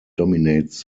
dominates